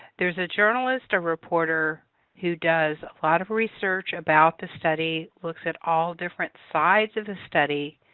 there's a journalist or reporter who does a lot of research about the study, looks at all different sides of the study,